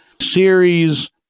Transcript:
Series